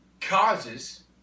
causes